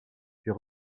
puis